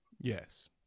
Yes